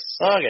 Okay